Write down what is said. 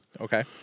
Okay